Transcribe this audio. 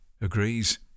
agrees